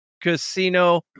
Casino